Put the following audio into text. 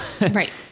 Right